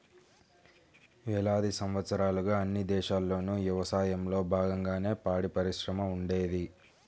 వేలాది సంవత్సరాలుగా అన్ని దేశాల్లోనూ యవసాయంలో బాగంగానే పాడిపరిశ్రమ ఉండేది